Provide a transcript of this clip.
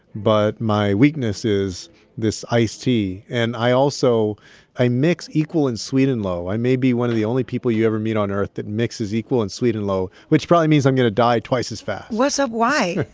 but my weakness is this iced tea. and i also i mix equal and sweet'n low. i may be one of the only people you ever meet on earth that mixes equal and sweet'n low, which probably means i'm going to die twice as fast what's up why?